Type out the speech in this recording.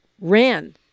ran